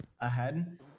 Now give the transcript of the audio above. ahead